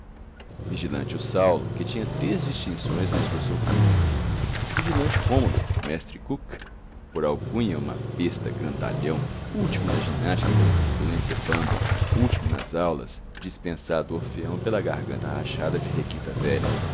vigilante o saulo que tinha três distinções na instrução pública vigilante rômulo mestre cook por alcunha uma besta grandalhão último na ginástica pela corpulência bamba último nas aulas dispensado do orfeão pela garganta rachada de requinta velha